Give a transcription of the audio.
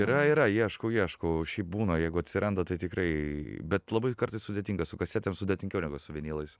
yra yra ieškau ieškau šiaip būna jeigu atsiranda tai tikrai bet labai kartais sudėtinga su kasetėm sudėtingiau negu su vinilais